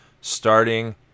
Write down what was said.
starting